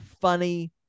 funny